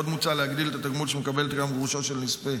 עוד מוצע להגדיל את התגמול שמקבלת גם גרושה של נספה